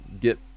get